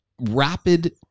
Rapid